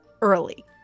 Early